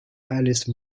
alice